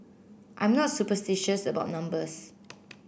I'm not superstitious about numbers